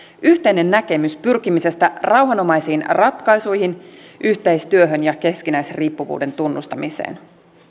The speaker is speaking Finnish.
yhteinen näkemys pyrkimisestä rauhanomaisiin ratkaisuihin yhteistyöhön ja keskinäisriippuvuuden tunnustamiseen